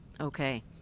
Okay